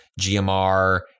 GMR